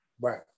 Right